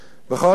אני רוצה לומר,